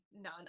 No